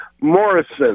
morrison